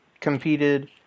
competed